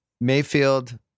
Mayfield